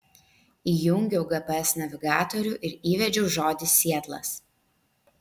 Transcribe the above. įjungiau gps navigatorių ir įvedžiau žodį sietlas